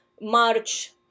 March